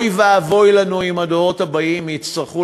אוי ואבוי לנו אם הדורות הבאים יצטרכו